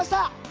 ah,